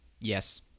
Yes